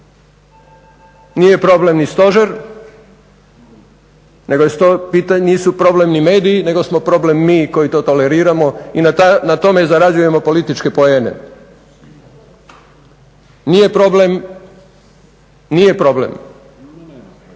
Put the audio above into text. Nije problem ni stožer, nisu ni problem mediji nego smo problem mi koji to toleriramo i na tome zarađujemo političke poene. Nije problem, niti naš